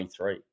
2023